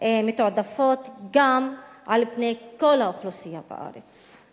מתועדפות גם על פני כל האוכלוסייה בארץ.